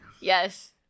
Yes